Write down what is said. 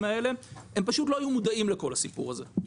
האלה הם פשוט לא היו מודעים לכל הסיפור הזה.